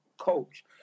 coach